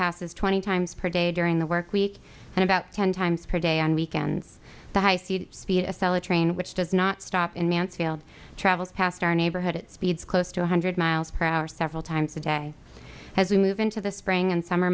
passes twenty times per day during the work week and about ten times per day on weekends the high speed speed a cell a train which does not stop in mansfield travels past our neighborhood at speeds close to one hundred mph several times a day as we move into the spring and summer